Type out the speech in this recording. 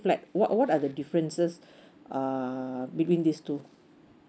flat what what are the differences err between these two